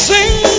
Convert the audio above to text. Sing